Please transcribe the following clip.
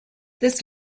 this